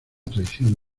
traición